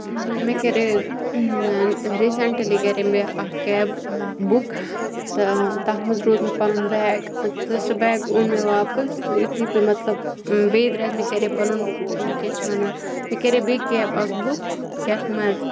مےٚ کَرے ریٖسنٛٹلی کَرے مےٚ اکھ کیب بُک تہٕ تَتھ مَنٛز روٗد مےٚ پَنُن بیگ سُہ بیگ اوٚن مےٚ واپَس یُتھے بہٕ مَطلَب بییٚہِ درایَس مےٚ کَرے پَنُن کیٛاہ چھِ وَنان مےٚ کَرے بییٚہِ کیب اکھ بُک یَتھ مَنٛز